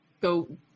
go